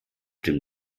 dem